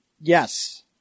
Yes